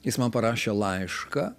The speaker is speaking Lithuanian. jis man parašė laišką